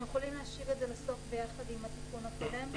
אנחנו יכולים להשאיר את זה לסוף ביחד עם התיקון הקודם?